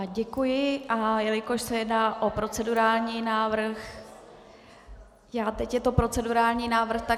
Děkuji, a jelikož se jedná o procedurální návrh, teď je to procedurální návrh, tak...